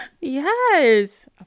Yes